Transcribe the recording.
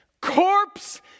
corpse